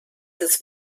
des